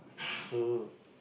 so